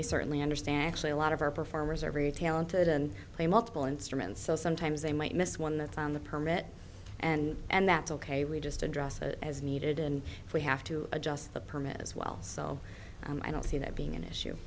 we certainly understand actually a lot of our performers every talented and play multiple instruments so sometimes they might miss one that's on the permit and and that's ok we just address it as needed and we have to adjust the permit as well so i don't see that being an